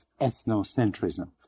ethnocentrism